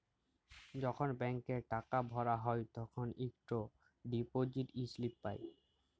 যখল ব্যাংকে টাকা ভরা হ্যায় তখল ইকট ডিপজিট ইস্লিপি পাঁই